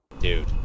Dude